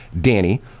Danny